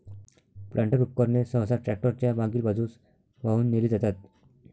planter उपकरणे सहसा tractor च्या मागील बाजूस वाहून नेली जातात